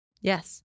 Yes